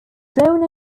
drawn